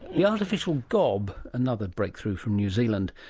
the artificial gob, another breakthrough from new zealand.